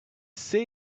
see